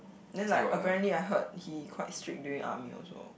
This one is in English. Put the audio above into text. then like apparently I heard he quite strict during army also